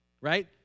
right